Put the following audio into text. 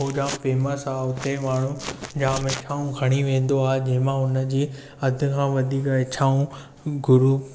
उहो जाम फेमस आहे हुते माण्हू जाम इच्छाऊं खणी वेंदो आहे जंहिं मां हुन जूं हद खां वधीक इच्छाऊं गुरू